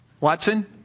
Watson